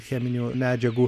cheminių medžiagų